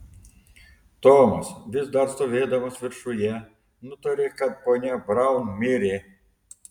tomas vis dar stovėdamas viršuje nutarė kad ponia braun mirė